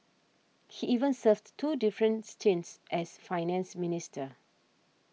he even served two different stints as Finance Minister